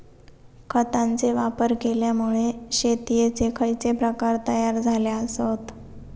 खतांचे वापर केल्यामुळे शेतीयेचे खैचे प्रकार तयार झाले आसत?